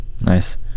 Nice